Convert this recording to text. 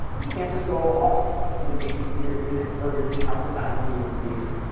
you can't just go off to your agency or your and or your in-house design team to create it.